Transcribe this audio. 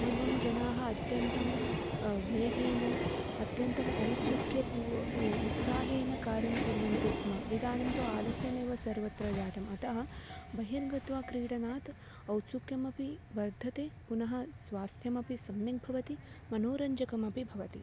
पूर्वं जनाः अत्यन्तं वेगेन अत्यन्तं औत्सुक्यपूर्णम् उत्साहेन कार्यं कुर्वन्ति स्म इदानीं तु आलस्यमेव सर्वत्र जातम् अतः बहिर्गत्वा क्रीडनात् औत्सुक्यमपि वर्धते पुनः स्वास्थ्यमपि सम्यक् भवति मनोरञ्जनमपि भवति